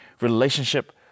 relationship